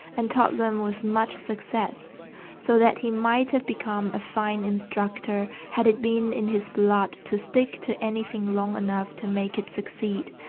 and taught them with much success so that he might have become a fine instructor, had it been in his blood to stick to anything long enough to make it succeed.